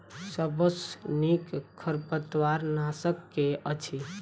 सबसँ नीक खरपतवार नाशक केँ अछि?